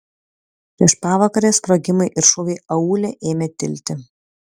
prieš pavakarę sprogimai ir šūviai aūle ėmė tilti